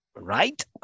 Right